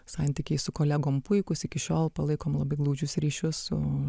santykiai su kolegom puikūs iki šiol palaikom labai glaudžius ryšius su